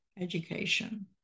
education